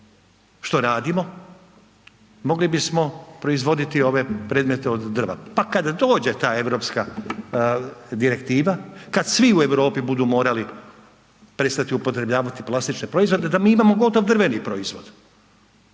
što radimo? Mogli bismo proizvoditi ove predmete od drva pa kada dođe ta europska direktiva, kad svi u Europi budu morali prestati upotrebljavati plastične proizvode, da mi imamo gotovo drveni proizvod.